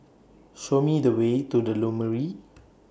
Show Me The Way to The Lumiere